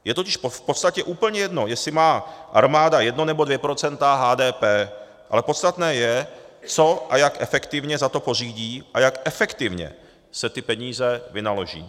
Je totiž v podstatě úplně jedno, jestli má armáda 1 nebo 2 % HDP, ale podstatné je, co a jak efektivně za to pořídí a jak efektivně se peníze vynaloží.